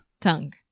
Tongue